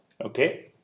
Okay